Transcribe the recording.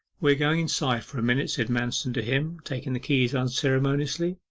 we are going inside for a minute said manston to him, taking the keys unceremoniously.